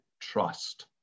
trust